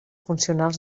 funcionals